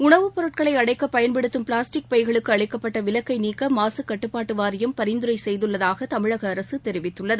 உணவுப் பொருட்களை அடைக்க பயன்படுத்தும் பிளாஸ்டிக் பைகளுக்கு அளிக்கப்பட்ட விலக்கை நீக்க மாசுக்கட்டுப்பாட்டு வாரியம் பரிந்துரை செய்துள்ளதாக தமிழக அரசு தெரிவித்துள்ளது